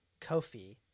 Kofi